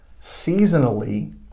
seasonally